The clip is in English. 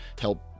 help